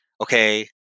okay